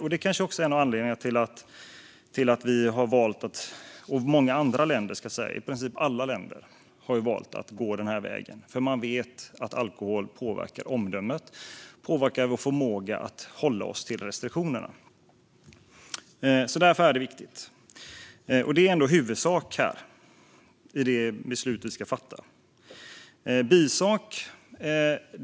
Detta är kanske också en av anledningarna till att vi och många andra länder - i princip alla länder - har valt att gå den här vägen. Man vet att alkohol påverkar omdömet och människors förmåga att hålla sig till restriktionerna. Därför är det viktigt. Detta är huvudsaken i det beslut vi ska fatta.